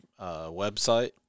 website